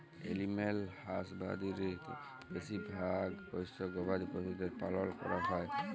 animal হাসবাদরীতে বেশি ভাগ পষ্য গবাদি পশুদের পালল ক্যরাক হ্যয়